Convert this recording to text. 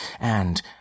And